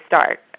start